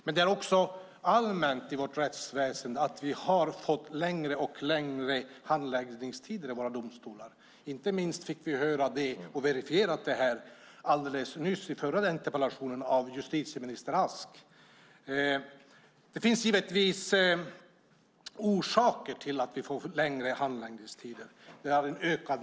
Rent allmänt när det gäller vårt rättsväsen har vi fått längre och längre handläggningstider i våra domstolar. Inte minst fick vi detta verifierat av justitieminister Ask i den förra interpellationsdebatten. Det finns orsaker till att vi har fått längre handläggningstider.